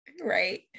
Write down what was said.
right